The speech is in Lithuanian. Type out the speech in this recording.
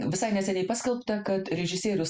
visai neseniai paskelbta kad režisierius